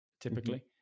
typically